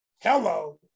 Hello